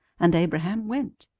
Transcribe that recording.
and abraham went.